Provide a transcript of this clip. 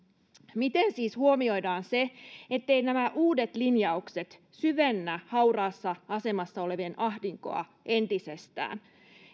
miten siis huomioidaan se etteivät nämä uudet linjaukset syvennä hauraassa asemassa olevien ahdinkoa entisestään